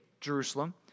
Jerusalem